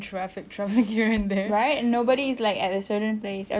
and there's no limit like I think work is what limit you